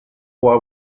what